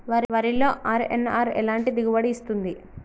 వరిలో అర్.ఎన్.ఆర్ ఎలాంటి దిగుబడి ఇస్తుంది?